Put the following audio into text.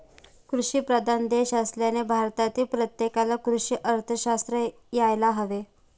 कृषीप्रधान देश असल्याने भारतातील प्रत्येकाला कृषी अर्थशास्त्र यायला हवे